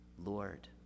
Lord